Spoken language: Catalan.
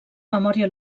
memòria